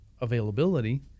availability